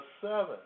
seven